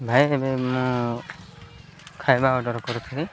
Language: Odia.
ଭାଇ ଏବେ ମୁଁ ଖାଇବା ଅର୍ଡ଼ର କରିଥିଲି